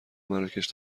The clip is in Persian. مراکش